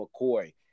McCoy